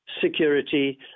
security